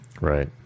Right